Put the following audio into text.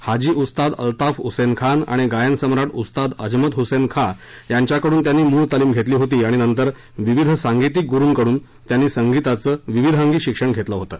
हाजी उस्ताद अल्ताफ हसत्तीखाँ आणि गायनसम्राट उस्ताद अजमत हसत्तीखाँ यांच्याकडून त्यांनी मूळ तालीम घेतली होती आणि नंतर विविध सांगितीक गुरुकडून त्यांनी संगीताचं विविधअंगी शिक्षण घेतलं होतं